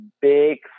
big